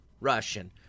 Russian